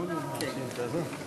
מישהו רוצה